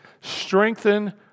Strengthen